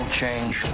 change